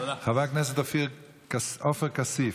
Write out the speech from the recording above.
חבר הכנסת עופר כסיף,